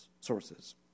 sources